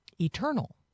eternal